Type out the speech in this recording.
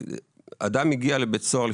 אדם מגיע לבית סוהר,